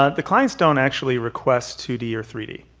ah the clients don't actually request two d or three d.